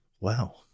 Wow